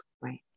Right